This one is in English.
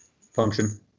function